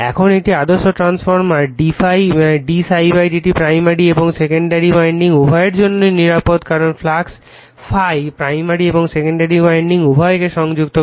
এখন একটি আদর্শ ট্রান্সফরমারে d∅ d ψ dt প্রাইমারি এবং সেকেন্ডারি উইন্ডিং উভয়ের জন্যই নিরাপদ কারণ ফ্লাক্স ∅ প্রাইমারি এবং সেকেন্ডারি উইন্ডিং উভয়কে সংযুক্ত করে